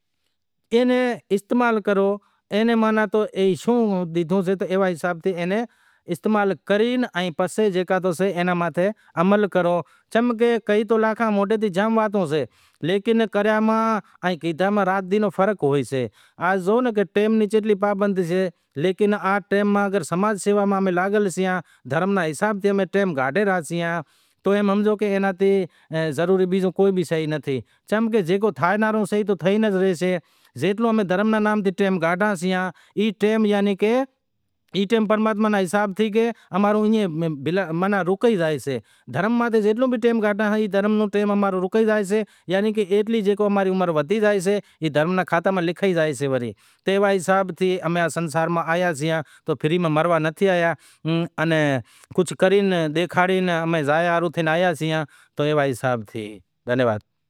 بھائی گوار جیکو بھی سئہ گرمی میں تھئیسے گوار ای سئہ کہ پہلے پانڑی دیگڑی میں پانڑی راکھشو وڑے ایئے ناں چنگی طرح سڑایو پسے سڑائیوے پسے ایئے ناں نئے سر اتارو وری امیں تیل ہنڑو وری گوار راکھے چنگی طرح ہلائے کھادھو۔ ای گرمی رو فصل سئے مطلب وری بھینڈیوں، بھینڈیوں ای شئے کی شروع میں پہری تیل پکو کرو، تیل پکو کری وڑے لانڑ رو داگ ہنڑو، داگ ہنڑے وڑے بھینڈیوں وڈھی راکھسو پسے انے تیار کرے پسے وڑے روٹلاں رو پروگرام کریوں، روٹلاں رو پروگرام ای سئہ کہ پہری پانڑی، میٹھ لونڑ ترن چیزیں ملایوں، ترن چیزیں ملائے پسے کلاڑی راکھے پسے روٹلا گھڑوا شی ٹھیک اے ناں، روٹلا گھڑاوے پسے وڑی ای امیں کھاتا۔ ای گرمیاں رو شے، سیاراں روں سے مٹر، مٹر ای سئے کہ مٹر پھولے شاگ وگیرا کروں جیکو ای شئے، انیں بیزو سئے سیمپلی، سیمپلی مطلب والور، ای بھی سیاراں رو ایٹم سی ایئے ناں جیووں بھینڈیوں رو شاگ کرے ایوا نمونے تے ایئاں رو شاگ کریوں زائیشے، ٹھیک اے، ایئں ناں علاوا بیزی وات ای سئے کہ سبزی جیکو سئے سیاراں ری سئے، متھی دہانڑا، پھودنو وگیرا متھے ہنڑے، شوں ایئے ماہ ذائقو تھاشئے۔